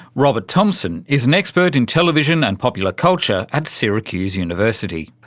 robert thompson is an expert in television and popular culture at syracuse university.